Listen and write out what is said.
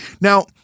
Now